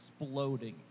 exploding